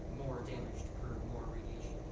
more damage to curb more radiation